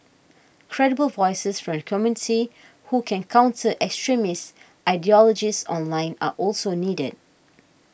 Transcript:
credible voices from the community who can counters extremists ideologies online are also needed